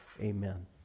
amen